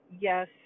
Yes